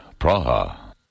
Praha